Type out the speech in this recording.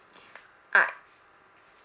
ah